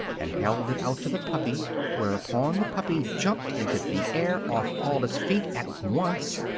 and held it out to the puppy whereupon the puppy jumped into the air off all its feet at once,